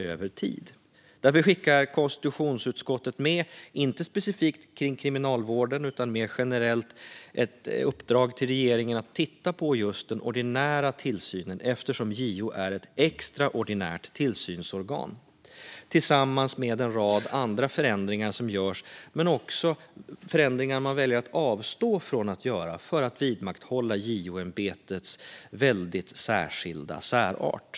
Konstitutionsutskottet skickar därför ett uppdrag till regeringen om att titta på den ordinära tillsynen, då JO är ett extraordinärt tillsynsorgan. Uppdraget avser inte specifikt kriminalvården utan är mer generellt utformat och skickas tillsammans med en rad andra förändringar som görs men också förändringar som man väljer att avstå från att göra för att vidmakthålla JO-ämbetets väldigt särskilda särart.